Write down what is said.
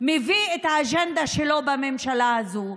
מביא את האג'נדה שלו בממשלה הזו,